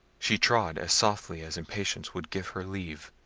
she trod as softly as impatience would give her leave,